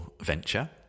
venture